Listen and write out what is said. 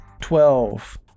twelve